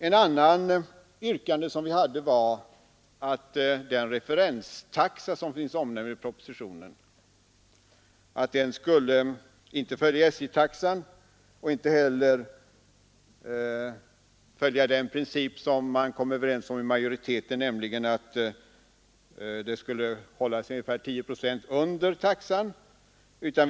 Ett annat yrkande handlar om att den referenstaxa som finns onnämnd i propositionen inte skulle följa SJ-taxan och inte heller följa den princip som man kom överens om inom majoriteten, nämligen att taxan skulle hållas ungefär 10 procent under SJ:s.